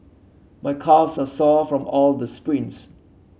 my calves are sore from all the sprints